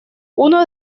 uno